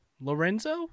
Lorenzo